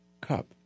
cup